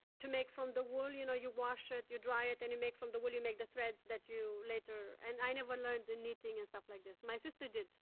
to make from the wool, you know you wash it, you dry it, and you make from the wool you make the threads that you later and i never learned the knitting and stuff like this. my sister did.